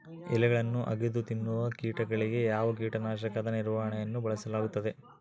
ಎಲೆಗಳನ್ನು ಅಗಿದು ತಿನ್ನುವ ಕೇಟಗಳಿಗೆ ಯಾವ ಕೇಟನಾಶಕದ ನಿರ್ವಹಣೆಯನ್ನು ಬಳಸಲಾಗುತ್ತದೆ?